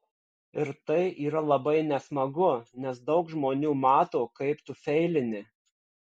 ir tai yra labai nesmagu nes daug žmonių mato kaip tu feilini